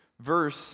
verse